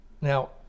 Now